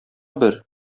бер